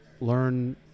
learn